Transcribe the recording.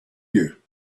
you